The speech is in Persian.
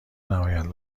نباید